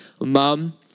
mum